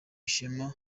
ishema